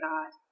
God